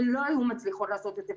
הן לא היו מצליחות לעשות את זה.